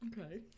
okay